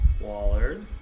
Wallard